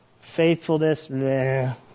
Faithfulness